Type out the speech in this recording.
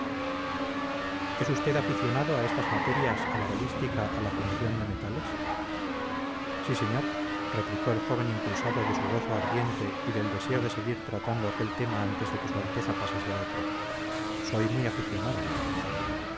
es usted aficionado a estas materias a la balística a la fundición de metales sí señor replicó el joven impulsado de su gozo ardiente y del deseo de seguir tratando aquel tema antes de que su alteza pasase a otro soy muy aficionado